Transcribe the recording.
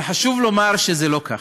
אבל חשוב לומר שזה לא כך.